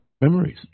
memories